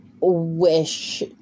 Wish